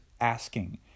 asking